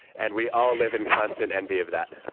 and we all live in constant envy of that